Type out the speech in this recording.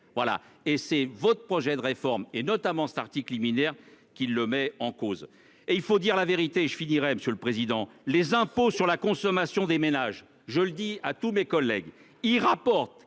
Voilà et c'est votre projet de réforme et notamment cet article liminaire, qu'il le met en cause et il faut dire la vérité je finirai Monsieur le Président. Les impôts sur la consommation des ménages. Je le dis à tous mes collègues. Il rapporte